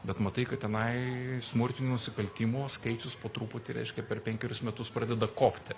bet matai kad tenai smurtinių nusikaltimų skaičius po truputį reiškia per penkerius metus pradeda kopti